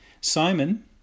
Simon